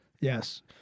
Yes